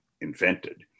invented